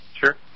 Sure